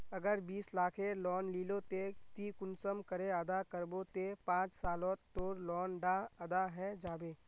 अगर बीस लाखेर लोन लिलो ते ती कुंसम करे अदा करबो ते पाँच सालोत तोर लोन डा अदा है जाबे?